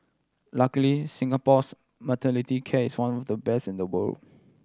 luckily Singapore's maternity case the best in the world